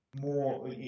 more